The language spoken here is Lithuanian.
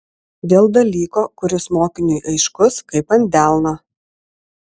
dėl dalyko kuris mokiniui aiškus kaip ant delno